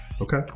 Okay